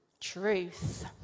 truth